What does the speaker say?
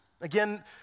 Again